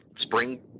spring